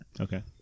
okay